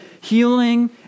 healing